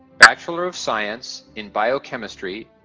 bachelor of science in biochemistry,